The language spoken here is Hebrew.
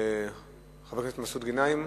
חבר הכנסת מסעוד גנאים,